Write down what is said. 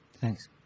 Thanks